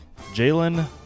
Jalen